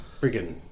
freaking